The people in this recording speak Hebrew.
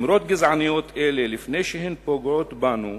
אמירות גזעניות אלה, לפני שהן פוגעות בנו,